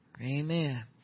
Amen